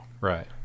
Right